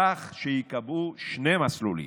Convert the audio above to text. כך שייקבעו שני מסלולים: